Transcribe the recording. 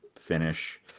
finish